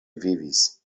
vivis